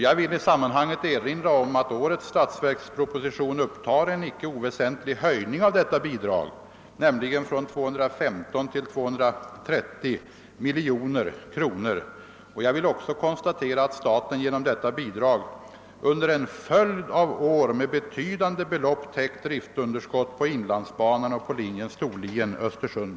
Jag vill i sammanhanget erinra om att årets statsverksproposition upptar en icke oväsentlig höjning av detta bidrag, från 215 till 230 miljoner kronor. Jag vill också konstatera att staten genom detta bidrag under en följd av år med betydande belopp täcker driftsunderskott på inlandsbanan och på linjen Storlien—Östersund.